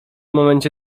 momencie